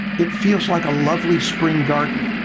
it feels like a lovely spring garden.